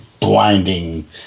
blinding